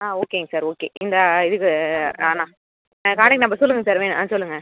ஆ ஓகேங்க sir okay இந்த இதுக்கு ஆ ஆ காண்டாக்ட் நம்பர் சொல்லுங்கள் சார் வேணும் ஆ சொல்லுங்கள்